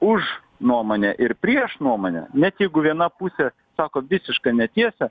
už nuomonę ir prieš nuomonę net jeigu viena pusė sako visišką netiesą